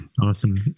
Awesome